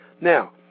Now